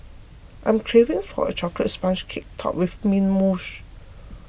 I am craving for a Chocolate Sponge Cake Topped with Mint Mousse